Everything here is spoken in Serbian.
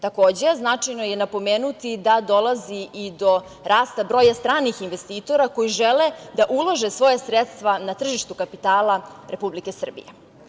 Takođe, značajno je napomenuti da dolazi i do rasta broja stranih investitora koji žele da ulože svoja sredstva na tržištu kapitala Republike Srbije.